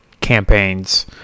campaigns